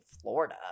Florida